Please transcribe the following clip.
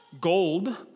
Gold